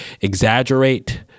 exaggerate